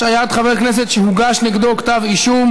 השעיית חבר הכנסת שהוגש נגדו כתב אישום),